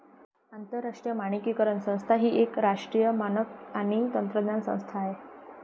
आंतरराष्ट्रीय मानकीकरण संस्था ही राष्ट्रीय मानक आणि तंत्रज्ञान संस्था आहे